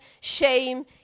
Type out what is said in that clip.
shame